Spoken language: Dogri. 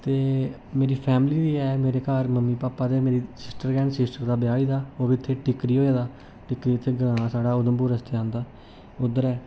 ते मेरी फैमली बी ऐ मेरे घर मम्मी पापा ते मेरी सिस्टर गै न सिस्टर दा ब्याह् होई गेदा ओह् बी इत्थै टिकरी होए दा टिकरी उत्थै ग्रांऽ ऐ साढ़ा उधमपुर रस्तै आंदा उद्धर ऐ